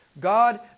God